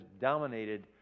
dominated